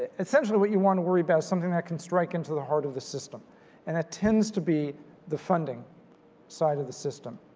essentially what you want to worry about something that can strike into the heart of the system and it tends to be the funding side of the system.